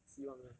希望 lah